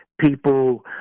people